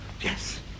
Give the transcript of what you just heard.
Yes